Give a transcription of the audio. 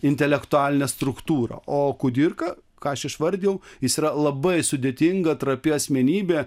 intelektualinę struktūrą o kudirka ką aš išvardijau jis yra labai sudėtinga trapi asmenybė